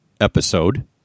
episode